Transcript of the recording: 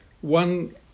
One